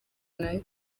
nayo